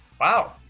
Wow